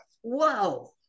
Whoa